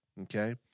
okay